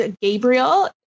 Gabriel